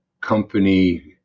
company